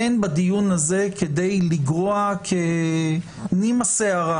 אין בדיון הזה כדי לגרוע כנימת השערה